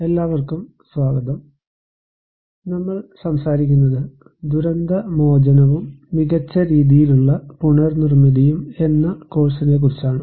എല്ലാവര്ക്കും സ്വാഗതം നമ്മൾ സംസാരിക്കുന്നത് ദുരന്ത മോചനവും മികച്ച രീതിയിലുള്ള പുനർ നിര്മിതിയും എന്ന കോഴ്സിനെക്കുറിച്ചാണ്